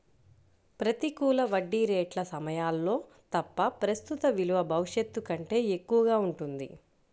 ప్రతికూల వడ్డీ రేట్ల సమయాల్లో తప్ప, ప్రస్తుత విలువ భవిష్యత్తు కంటే ఎక్కువగా ఉంటుంది